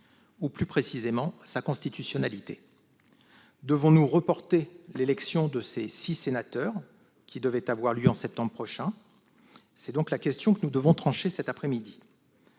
ou, plus précisément, d'en analyser la constitutionnalité. Devons-nous reporter l'élection de ces six sénateurs, qui devait avoir lieu en septembre prochain ? Telle est donc la question que nous devons trancher aujourd'hui.